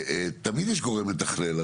תמיד יש גורם מתכלל.